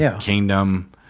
Kingdom